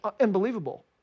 Unbelievable